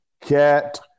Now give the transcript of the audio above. Cat